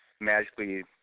magically